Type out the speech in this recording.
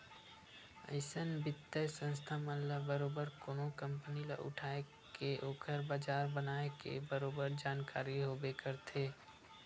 अइसन बित्तीय संस्था मन ल बरोबर कोनो कंपनी ल उठाय के ओखर बजार बनाए के बरोबर जानकारी होबे करथे